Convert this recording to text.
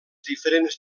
diferents